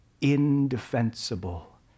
indefensible